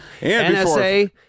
NSA